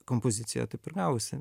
kompozicija taip ir gavosi